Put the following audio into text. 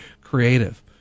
creative